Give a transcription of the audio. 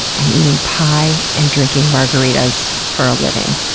i'm eating pie and drinking margaritas for a living.